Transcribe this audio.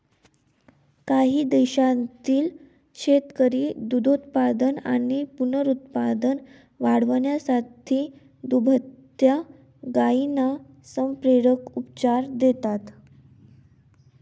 काही देशांतील शेतकरी दुग्धोत्पादन आणि पुनरुत्पादन वाढवण्यासाठी दुभत्या गायींना संप्रेरक उपचार देतात